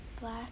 black